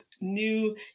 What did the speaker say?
new